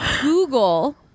Google